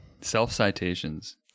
Self-citations